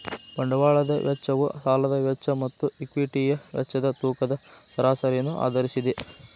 ಬಂಡವಾಳದ ವೆಚ್ಚವು ಸಾಲದ ವೆಚ್ಚ ಮತ್ತು ಈಕ್ವಿಟಿಯ ವೆಚ್ಚದ ತೂಕದ ಸರಾಸರಿಯನ್ನು ಆಧರಿಸಿದೆ